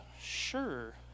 sure